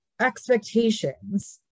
expectations